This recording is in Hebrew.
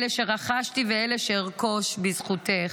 אלה שרכשתי ואלה שארכוש בזכותך.